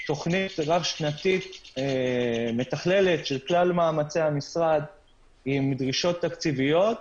תכנית רב שנתית מתחללת של כלל מאמצי המשרד עם דרישות תקציביות.